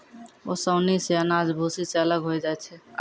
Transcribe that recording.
ओसौनी सें अनाज भूसी सें अलग होय जाय छै